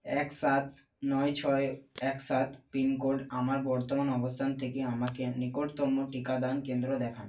এক সাত নয় ছয় এক সাত পিন কোড আমার বর্তমান অবস্থান থেকে আমাকে নিকটতম টিকাদান কেন্দ্র দেখান